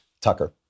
Tucker